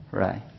right